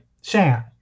Shan